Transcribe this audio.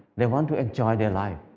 they want to enjoy their life.